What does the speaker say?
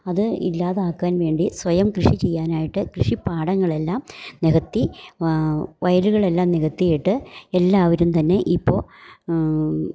അത് ഇല്ലാതാക്കാൻ വേണ്ടി സ്വയം കൃഷി ചെയ്യാനായിട്ട് കൃഷി പാടങ്ങളെല്ലാം നികത്തി വയലുകളെല്ലാം നികത്തിയിട്ട് എല്ലാവരും തന്നെ ഇപ്പോൾ